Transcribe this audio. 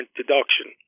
deduction